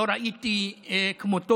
לא ראיתי כמותו